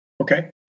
Okay